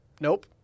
Nope